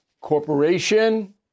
Corporation